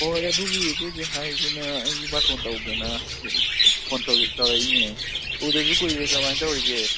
ꯍꯣꯏ ꯑꯗꯨꯒꯤ ꯍꯥꯏꯒꯦꯅ ꯑꯩꯒꯤ ꯕꯥꯔꯇꯣꯟ ꯇꯧꯒꯦꯅ ꯐꯣꯟ ꯇꯧꯔꯛꯂꯤꯅꯦ ꯎꯗꯕꯁꯨ ꯀꯨꯏꯔꯦ ꯀꯃꯥꯏ ꯇꯧꯔꯤꯒꯦ